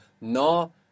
no